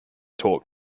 talk